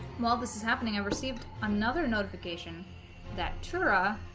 while this is happening i received another notification that tura